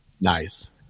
Nice